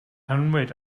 annwyd